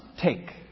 take